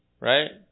Right